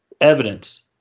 evidence